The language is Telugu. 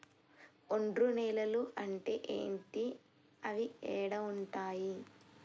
ఒండ్రు నేలలు అంటే ఏంటి? అవి ఏడ ఉంటాయి?